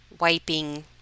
wiping